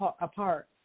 apart